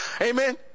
Amen